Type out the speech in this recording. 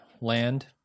land